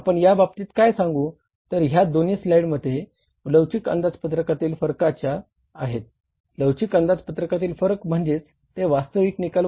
आपण या बाबतीत काय सांगू तर ह्या दोन्ही स्लाईड लवचिक अंदाजपत्रकातील फरकाच्या म्हणतात